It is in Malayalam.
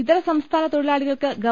ഇതര സ്ംസ്ഥാന തൊഴിലാളികൾക്ക് ഗവ